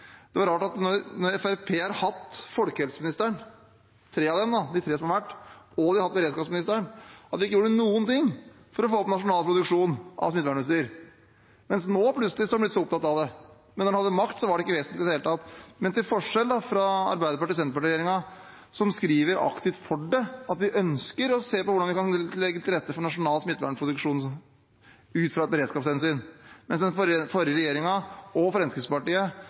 Når Fremskrittspartiet har hatt tre av de tre folkehelseministrene som har vært, og de har hatt beredskapsministeren, er det rart at de ikke gjorde noen ting for å få opp nasjonal produksjon av smittevernutstyr. Nå har de plutselig blitt så opptatt av det, mens da de hadde makt, var det ikke vesentlig i det hele tatt. Til forskjell fra Arbeiderparti–Senterparti-regjeringen, som skriver aktivt for det – at vi ønsker å se på hvordan vi kan legge til rette for nasjonal smittevernproduksjon ut fra et beredskapshensyn – gjorde den forrige regjeringen og Fremskrittspartiet,